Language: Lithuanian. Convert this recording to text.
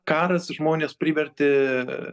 karas žmones privertė